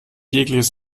jegliches